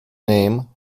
name